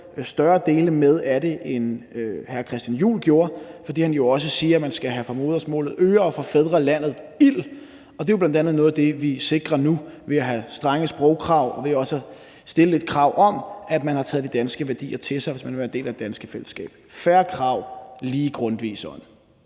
større dele af det med, end hr. Christian Juhl gjorde, fordi Grundtvig jo også siger, at man skal have for modersmålet øre og for fædrelandet ild. Det er bl.a. noget af det, vi sikrer nu ved at have strenge sprogkrav og ved også at stille et krav om, at man har taget de danske værdier til sig, hvis man vil være en del af det danske fællesskab. Fair krav lige i Grundtvigs ånd.